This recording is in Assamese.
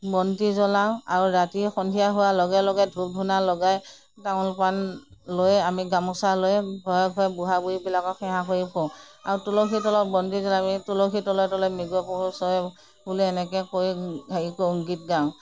বন্তি জলাওঁ আৰু ৰাতি সন্ধিয়া হোৱাৰ লগে লগে ধূপ ধুনা লগাই তামোল পাণ লৈ আমি গামোচা লৈ ঘৰে ঘৰে বুঢ়া বুঢ়ীবিলাকক সেৱা কৰি ফুৰোঁ আৰু তুঅসীৰ তলে তলে বন্তি জ্বলাই আমি তুলসীৰ তলে তলে মৃগ পহু চৰে বুলি এনেকৈ কৈ হেৰি কৰোঁ গীত গাওঁ